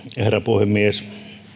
herra puhemies